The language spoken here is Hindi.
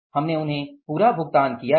हमने उन्हें पूरा भुगतान किया है